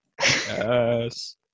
Yes